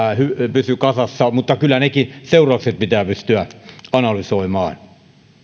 pysyi kasassa mutta kyllä nekin seuraukset pitää pystyä analysoimaan